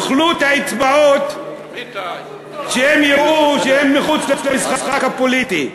יאכלו את האצבעות כשהם יראו שהם מחוץ למשחק הפוליטי.